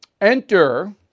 Enter